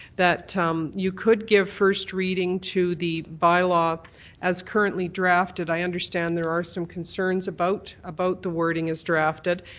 that um you could give first reading to the bylaw as currently drafted. i understand there are some concerns about about the wording as drafted,